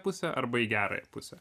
pusę arba į gerąją pusę